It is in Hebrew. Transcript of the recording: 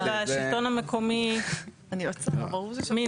ולשלטון המקומי מינוס.